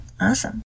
Awesome